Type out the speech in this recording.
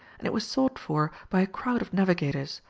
and it was sought for by a crowd of navigators,